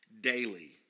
daily